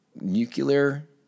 nuclear